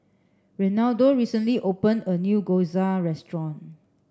Renaldo recently opened a new Gyoza restaurant